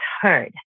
heard